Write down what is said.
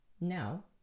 Now